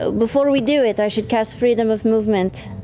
ah before we do it, i should cast freedom of movement,